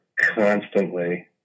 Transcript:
constantly